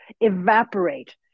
evaporate